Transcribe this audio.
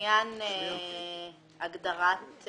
אם הייתה הסכמה עם מאיר לוין.